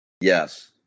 Yes